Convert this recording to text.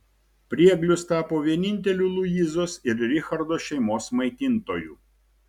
prieglius tapo vieninteliu luizos ir richardo šeimos maitintoju